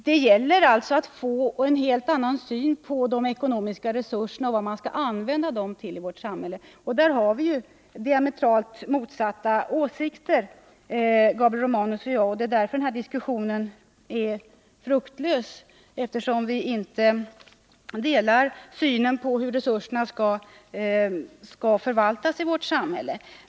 Det gäller alltså att få en helt annan syn på vad vi skall använda de ekonomiska resurserna till i vårt samhälle. Och där har vi diametralt motsatta åsikter, Gabriel Romanus och jag, och det är därför den här diskussionen är fruktlös. Vi har inte samma syn på hur resurserna skall förvaltas i vårt samhälle.